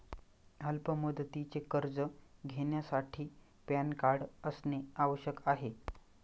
अल्प मुदतीचे कर्ज घेण्यासाठी पॅन कार्ड असणे आवश्यक आहे का?